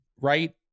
right